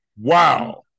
Wow